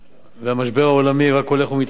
והמשבר העולמי רק הולך ומתעצם.